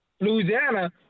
Louisiana